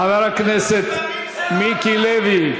חבר הכנסת מיקי לוי.